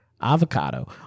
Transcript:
Avocado